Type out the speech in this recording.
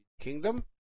Kingdom